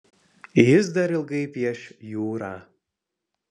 jis dar ilgai pieš jūrą